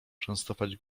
częstować